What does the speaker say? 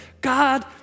God